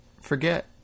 forget